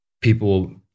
people